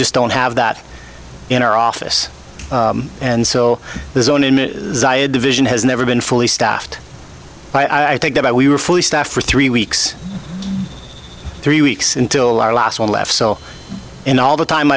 just don't have that in our office and so there's only a division has never been fully staffed i think that we were fully staffed for three weeks three weeks until our last one left so in all the time